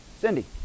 cindy